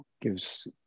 gives